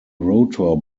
rotor